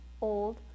old